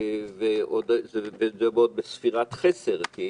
וזה עוד בספירת חסר, כי